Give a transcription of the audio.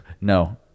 no